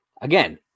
again